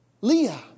Leah